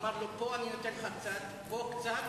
אמר לו: פה אני נותן לך קצת, פה קצת